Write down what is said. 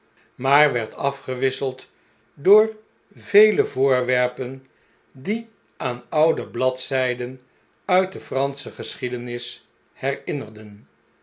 maar werd afgewisseld door vele voorwerpen die aan oude bladzijden uit de fransche geschiedenis herinnerden